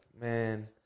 man